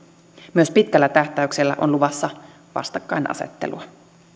myös pitkällä tähtäyksellä on luvassa vastakkainasettelua